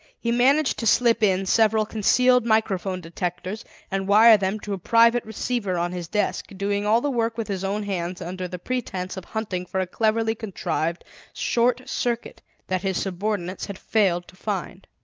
he managed to slip in several concealed microphone detectors and wire them to a private receiver on his desk, doing all the work with his own hands under the pretense of hunting for a cleverly contrived short-circuit that his subordinates had failed to find.